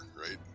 right